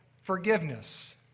forgiveness